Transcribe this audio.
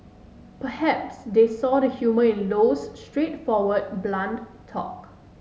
perhaps they saw the humour in Low's straightforward blunt talk